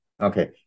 Okay